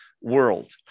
world